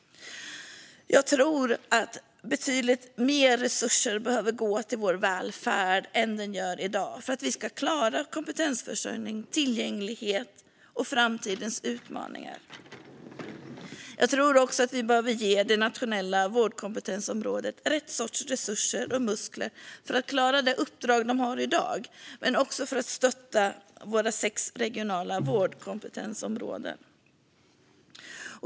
Jag tror att betydligt mer resurser behöver gå till vår välfärd än i dag för att vi ska klara kompetensförsörjning, tillgänglighet och framtidens utmaningar. Vi behöver ge Nationella vårdkompetensrådet rätt resurser och muskler för att klara det uppdrag man har i dag och också för att stötta de sex regionala vårdkompetensrådena.